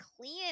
clean